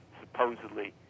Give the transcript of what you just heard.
supposedly